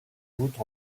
voûte